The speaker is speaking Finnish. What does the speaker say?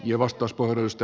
arvoisa puhemies